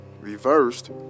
reversed